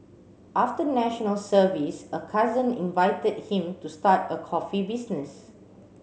after National Service a cousin invited him to start a coffee business